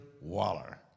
Waller